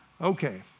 Okay